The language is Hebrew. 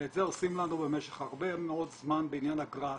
ואת זה עושים לנו במשך הרבה מאוד זמן בעניין הגראס.